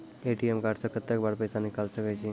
ATM card से कत्तेक बेर पैसा निकाल सके छी?